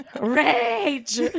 rage